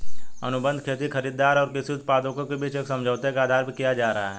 अनुबंध खेती खरीदार और कृषि उत्पादकों के बीच एक समझौते के आधार पर किया जा रहा है